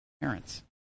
parents